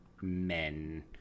men